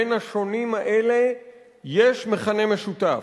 בין השונים האלה יש מכנה משותף,